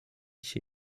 się